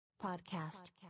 Podcast